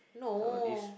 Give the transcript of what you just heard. no